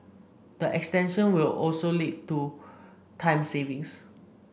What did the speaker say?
the extension will also lead to time savings